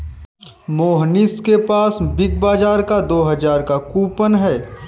मोहनीश के पास बिग बाजार का दो हजार का कूपन है